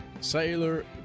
sailor